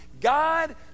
God